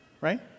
Right